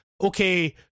okay